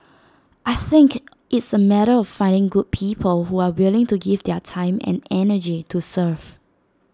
I think it's A matter of finding good people who are willing to give their time and energy to serve